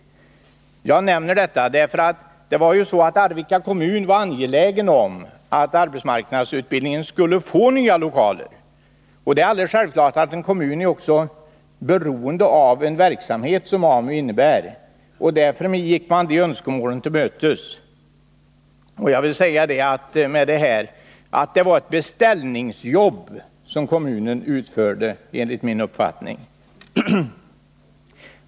Jag nämner detta därför att Arvika kommun var angelägen om att arbetsmarknadsutbildningen skulle få nya lokaler. Det är alldeles självklart att en kommun är beroende av en sådan verksamhet som AMU innebär, och därför gick man önskemålen till mötes. Jag vill med det här säga att det enligt min uppfattning var ett beställningsjobb som kommunen utförde.